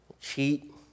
cheat